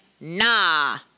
nah